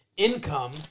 Income